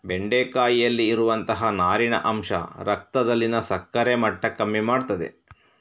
ಬೆಂಡೆಕಾಯಿಯಲ್ಲಿ ಇರುವಂತಹ ನಾರಿನ ಅಂಶ ರಕ್ತದಲ್ಲಿನ ಸಕ್ಕರೆ ಮಟ್ಟ ಕಮ್ಮಿ ಮಾಡ್ತದೆ